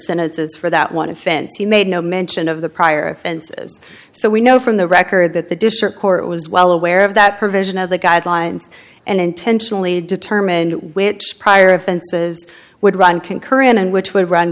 sentences for that one offense he made no mention of the prior offenses so we know from the record that the district court was well aware of that provision of the guidelines and intentionally determined which prior offenses would run concurrent and which would run